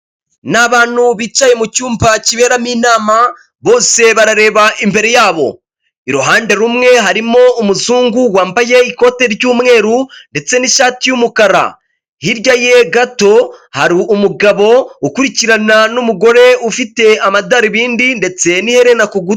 Ni abantu bicaye mu cyumba kiberamo inama bose barareba imbere y'abo, iruhande rumwe harimo umuzungu wambaye ikote ry'umweru ndetse n'ishati y'umukara, hirya ye gato hari umugabo ukurikirana n'umugore ufite amadarubindi ndetse n'iherena ku gutwi.